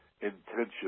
intention